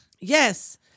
Yes